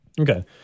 Okay